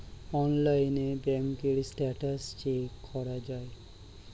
অনলাইনে ব্যাঙ্কের status check করা যায়